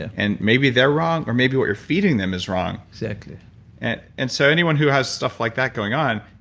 and maybe they're wrong, or maybe what you're feeding them is wrong exactly and and so anyone who has stuff like that going on,